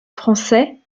français